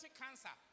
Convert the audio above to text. cancer